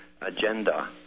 agenda